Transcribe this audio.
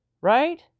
Right